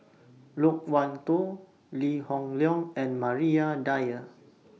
Loke Wan Tho Lee Hoon Leong and Maria Dyer